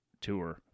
tour